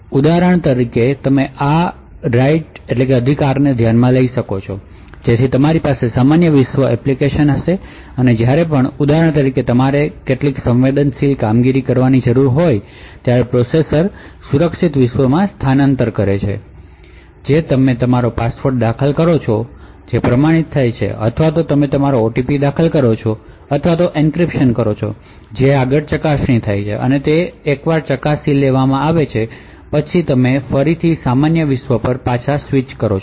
ઉદાહરણ તરીકે તમે આ અધિકારને ધ્યાનમાં લઈ શકો છો જેથી તમારી પાસે સામાન્ય વિશ્વ એપ્લિકેશન હશે અને જ્યારે પણ ઉદાહરણ તરીકે તમારે કેટલીક સંવેદનશીલ કામગીરી કરવાની જરૂર હોય ત્યારે પ્રોસેસર સુરક્ષિત વિશ્વમાં સ્થળાંતર કરે છે જે તમે તમારો પાસવર્ડ દાખલ કરો છો જે પ્રમાણિત થાય છે અથવા તમે તમારો ઓટીપી દાખલ કરો છો અથવા એન્ક્રિપ્શન કરો છો જે આગળ ચકાસણી થાય છે અને પછી એકવાર તે ચકાસી લેવામાં આવે છે પછી તમે સામાન્ય વિશ્વ પર પાછા સ્વિચ કરો છો